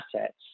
assets